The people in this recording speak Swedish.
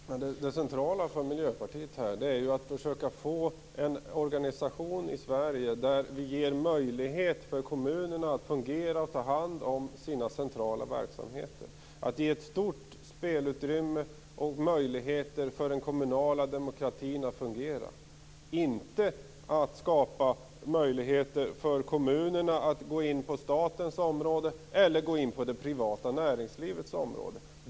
Herr talman! Det centrala för Miljöpartiet är att försöka få en organisation i Sverige där vi ger kommunerna möjlighet att ta hand om sina centrala verksamheter. Vi vill ge ett stort spelutrymme och stora möjligheter för den kommunala demokratin att fungera, inte skapa möjligheter för kommunerna att gå in på statens område eller på det privata näringslivets område.